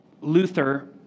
Luther